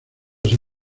sus